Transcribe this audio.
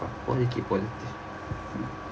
positive positive